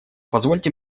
позвольте